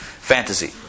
fantasy